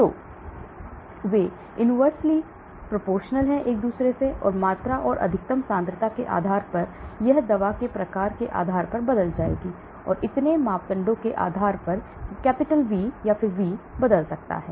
तो वे व्युत्क्रमानुपाती रूप से संबंधित हैं मात्रा और अधिकतम सांद्रता के आधार पर यह दवा के प्रकार के आधार पर बदल जाएगी और इतने सारे मापदंडों के आधार पर वी बदल सकता है